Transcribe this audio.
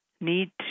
need